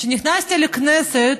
כשנכנסתי לכנסת,